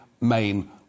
main